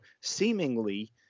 seemingly